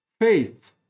Faith